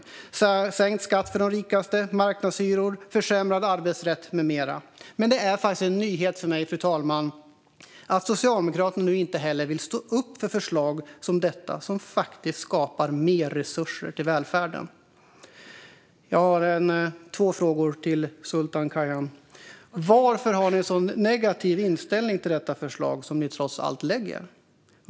Det gäller sänkt skatt för de rikaste, marknadshyror, försämrad arbetsrätt med mera. Men det är faktiskt en nyhet för mig, fru talman, att Socialdemokraterna nu inte heller vill stå upp för förslag som detta, som skapar mer resurser till välfärden. Jag har två frågor till Sultan Kayhan: Varför har ni en så negativ inställning till detta förslag, som ni trots allt lägger fram?